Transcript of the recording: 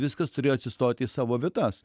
viskas turėjo atsistoti į savo vietas